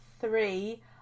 three